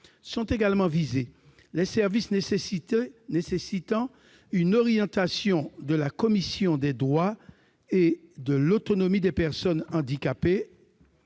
Sont également visés les services nécessitant une orientation de la commission des droits et de l'autonomie des personnes handicapées,